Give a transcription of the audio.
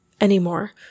anymore